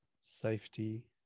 safety